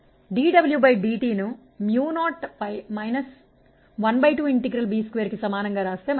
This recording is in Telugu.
dWdt B220dV 120E2dV dS